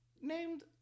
named